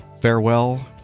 farewell